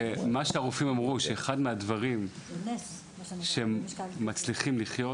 הרופאים אמרו שאחד הדברים שבזכותם מצליחים לחיות